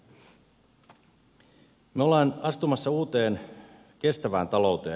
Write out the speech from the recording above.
me olemme astumassa uuteen kestävään talouteen